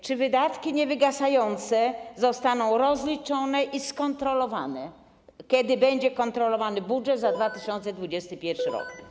Czy wydatki niewygasające zostaną rozliczone i skontrolowane, kiedy będzie kontrolowany budżet za 2021 r.